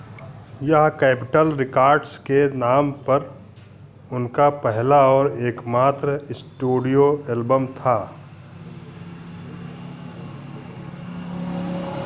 यह capital records के नाम पर उनका पहला और एकमात्र स्टूडियो एल्बम था